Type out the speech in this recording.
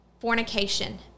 fornication